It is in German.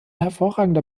hervorragender